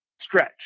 stretch